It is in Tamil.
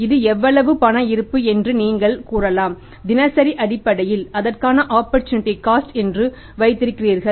இது சிக்மா என்று வைத்திருக்கிறார்கள்